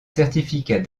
certificat